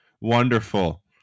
Wonderful